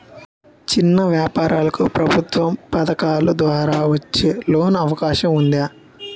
చిన్న వ్యాపారాలకు ప్రభుత్వం పథకాల ద్వారా వచ్చే లోన్ అవకాశం ఉందా?